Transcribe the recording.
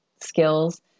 skills